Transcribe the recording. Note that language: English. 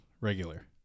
regular